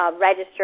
registered